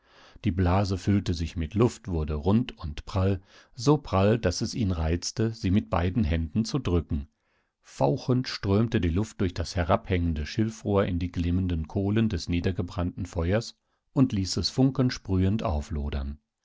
die blase füllte sich mit luft wurde rund und prall so prall daß es ihn reizte sie mit beiden händen zu drücken fauchend strömte die luft durch das herabhängende schilfrohr in die glimmenden kohlen des niedergebrannten feuers und ließ es funkensprühend auflodern